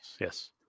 yes